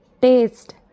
Taste